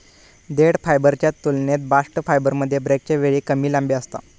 देठ फायबरच्या तुलनेत बास्ट फायबरमध्ये ब्रेकच्या वेळी कमी लांबी असता